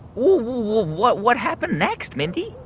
what what happened next, mindy?